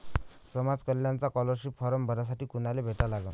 समाज कल्याणचा scholarship form भरासाठी कुनाले भेटा लागन?